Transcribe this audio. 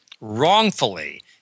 wrongfully